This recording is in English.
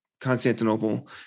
Constantinople